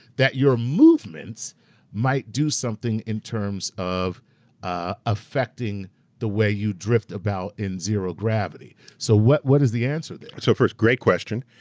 that your movements might do something in terms of affecting the way you drift about in zero gravity, so what what is the answer there? so first, great question,